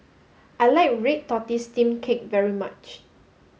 I like Red Tortoise Steamed Cake very much